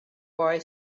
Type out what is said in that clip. boy